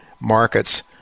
markets